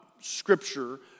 scripture